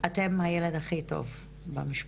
אתם הילד הכי טוב במשפחה,